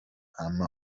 عمه